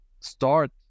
start